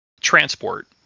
transport